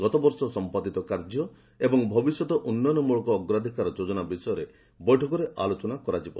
ଗତବର୍ଷ ସମ୍ପାଦିତ କାର୍ଯ୍ୟ ଏବଂ ଭବିଷ୍ୟତ ଉନ୍ନୟନମୂଳକ ଅଗ୍ରାଧିକାର ଯୋଜନା ବିଷୟରେ ଏହି ବୈଠକରେ ଆଲୋଚନା ହେବ